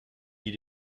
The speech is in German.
die